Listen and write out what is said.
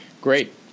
Great